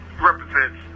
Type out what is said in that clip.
represents